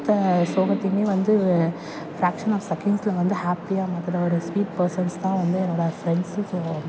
மொத்த சோகத்தையுமே வந்து பிராக்ஷ்னல் செகண்ட்ஸில் வந்து ஹாப்பியாக மாற்றுற ஒரு சுவீட் பர்சன்ஸ் தான் வந்து என்னோட ஃப்ரெண்ட்ஸ்ஸு ஸோ